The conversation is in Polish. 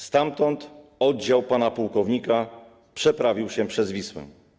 Stamtąd oddział pana pułkownika przeprawił się przez Wisłę.